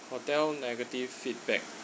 hotel negative feedback